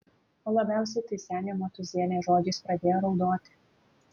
o labiausiai tai senė motūzienė žodžiais pradėjo raudoti